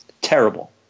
terrible